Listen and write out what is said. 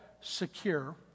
secure